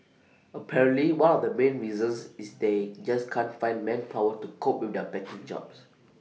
apparently one of the main reasons is they just can't find manpower to cope with their packing jobs